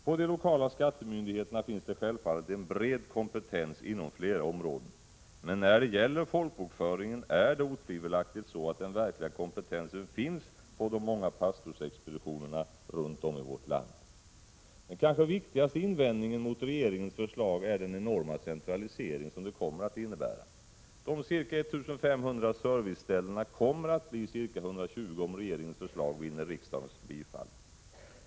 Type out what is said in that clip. På de lokala skattemyndigheterna finns det självfallet en bred kompetens inom flera områden, men när det gäller folkbokföringen är det otvivelaktigt så att den verkliga kompetensen finns på de många pastorsexpeditionerna runt om i vårt land. Den kanske viktigaste invändningen mot regeringens förslag är den enorma centralisering som det kommer att innebära. De ca 1 500 serviceställena kommer att bli ca 120 om regeringens förslag vinner riksdagens bifall.